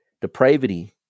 depravity